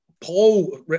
Paul